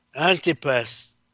Antipas